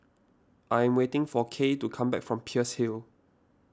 I am waiting for Kaye to come back from Peirce Hill